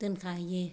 दोनखा हैयो